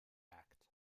act